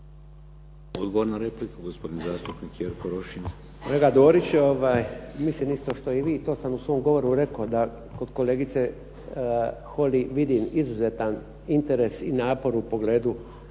Odgovor na repliku, gospodin zastupnik Jerko Rošin.